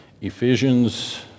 Ephesians